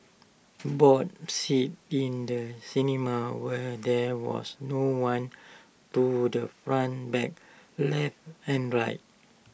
bought seats in the cinema where there was no one to the front back left and right